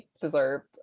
deserved